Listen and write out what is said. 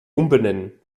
umbenennen